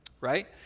Right